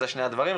אלה שני הדברים,